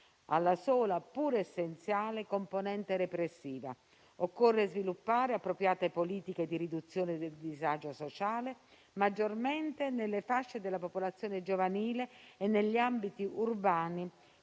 alla sola, pur essenziale, componente repressiva. Occorre sviluppare appropriate politiche di riduzione del disagio sociale, maggiormente nelle fasce della popolazione giovanile e negli ambiti urbani